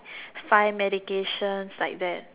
five medications like that